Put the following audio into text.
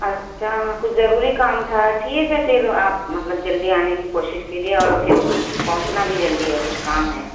اچھا کچھ ضروری کام تھا ٹھیک ہے پھر آپ مطلب جلدی آنے کی کوشش کیجیے اور پھر پہنچنا بھی جلدی ہے کچھ کام ہے